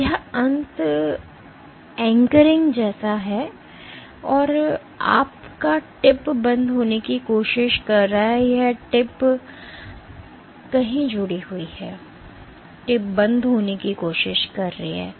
तो यह अंत एंकरिंग है और आपका टिप बंद होने की कोशिश कर रहा है टिप यहां कहीं जुड़ी हुई है और टिप बंद होने की कोशिश कर रही है